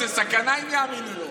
זאת סכנה אם יאמינו לו,